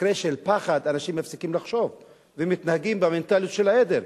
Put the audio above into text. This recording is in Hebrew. במקרה של פחד אנשים מפסיקים לחשוב ומתנהגים במנטליות של עדר,